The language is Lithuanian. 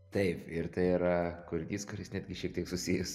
taip ir tai yra kūrinys kuris netgi šiek tiek susijęs